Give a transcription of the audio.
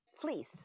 Fleece